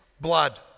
blood